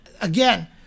again